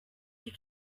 you